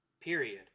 period